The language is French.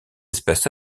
espèces